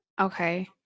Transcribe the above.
Okay